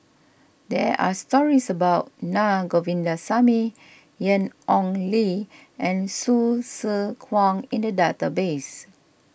there are stories about Na Govindasamy Ian Ong Li and Hsu Tse Kwang in the database